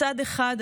מצד אחד,